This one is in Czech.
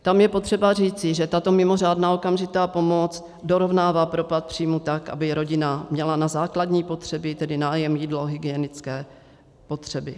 Tam je potřeba říci, že tato mimořádná okamžitá pomoc dorovnává propad příjmů tak, aby rodina měla na základní potřeby, tedy nájem, jídlo, hygienické potřeby.